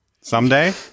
Someday